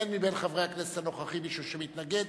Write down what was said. אין מבין חברי הכנסת הנוכחים מישהו שמתנגד,